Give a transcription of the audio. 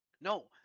No